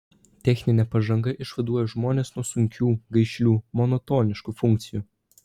techninė pažanga išvaduoja žmones nuo sunkių gaišlių monotoniškų funkcijų